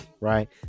right